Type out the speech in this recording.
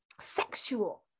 sexual